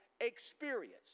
experience